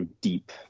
deep